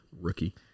Rookie